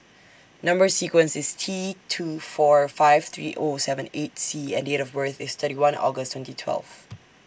Number sequence IS T two four five three O seven eight C and Date of birth IS thirty one August twenty twelve